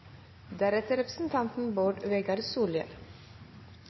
av representanten Bård Vegar Solhjell,